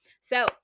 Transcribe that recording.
So-